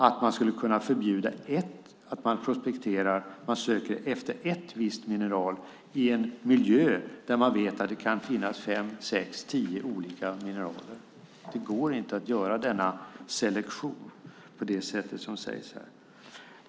Det handlar om att man söker efter ett visst mineral i en miljö där man vet att det kan finnas fem, sex, tio olika mineraler. Det går inte att göra den selektionen på det sätt som det sägs här. Fru talman!